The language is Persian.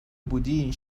بودی